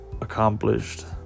accomplished